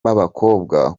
bakobwa